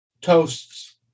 toasts